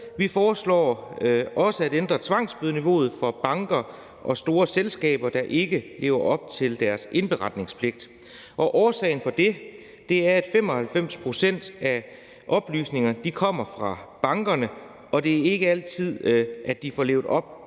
foreslår vi at ændre tvangsbødeniveauet for banker og store selskaber, der ikke lever op til deres indberetningspligt. Årsagen til det er, at 95 pct. af oplysningerne kommer fra bankerne og det ikke altid er sådan, at de får levet op